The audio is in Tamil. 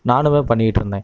நானுமே பண்ணிட்டு இருந்தேன்